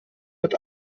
mit